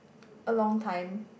a long time